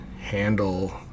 handle